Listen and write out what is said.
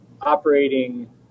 operating